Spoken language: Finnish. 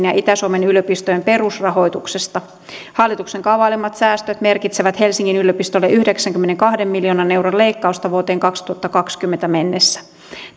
ja itä suomen yliopistojen perusrahoituksesta hallituksen kaavailemat säästöt merkitsevät helsingin yliopistolle yhdeksänkymmenenkahden miljoonan euron leikkausta vuoteen kaksituhattakaksikymmentä mennessä